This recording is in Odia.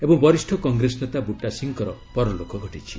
ଏବଂ ବରିଷ୍ଣ କଂଗ୍ରେସ ନେତା ବୁଟା ସିଂହଙ୍କର ପରଲୋକ ଘଟିଛି